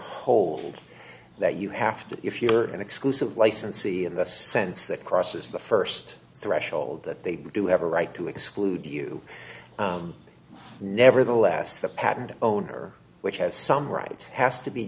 hold that you have to if you're an exclusive licensee in the sense that crosses the first threshold that they do have a right to exclude you nevertheless the patent owner which has some rights has to be